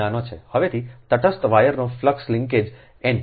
હવે તટસ્થ વાયરની ફ્લક્સ લિન્કેજ એન